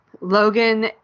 Logan